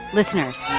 listeners,